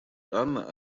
анна